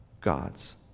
God's